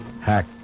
Hack